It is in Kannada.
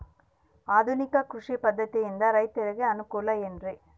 ಆಧುನಿಕ ಕೃಷಿ ಪದ್ಧತಿಯಿಂದ ರೈತರಿಗೆ ಅನುಕೂಲ ಏನ್ರಿ?